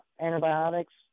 antibiotics